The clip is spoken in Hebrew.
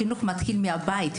החינוך מתחיל מהבית,